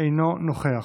אינו נוכח,